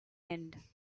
end